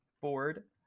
board